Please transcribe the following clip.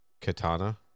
katana